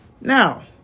Now